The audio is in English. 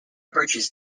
purchase